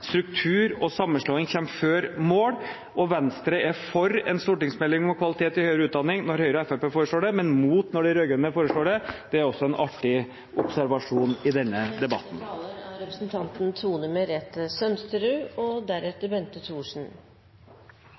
Struktur og sammenslåing kommer før målsettinger, og Venstre er for en stortingsmelding om kvalitet i høyere utdanning når Høyre og Fremskrittspartiet foreslår det, men mot når de rød-grønne foreslår det. Det er også en artig observasjon i denne debatten. I langtidsplanen kan vi lese at regjeringa i tillegg til den gjennomgående satsinga på kvalitet i forskning og